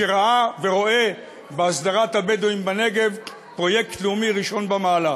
שראה ורואה בהסדרת הבדואים בנגב פרויקט לאומי ראשון במעלה.